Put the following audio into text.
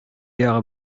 ягы